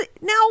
Now